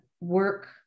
work